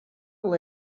will